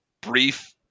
brief